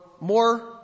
more